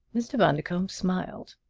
mr. bundercombe smiled.